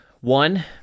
One